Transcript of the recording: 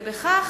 ובכך